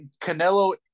canelo